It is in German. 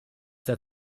der